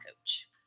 Coach